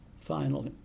final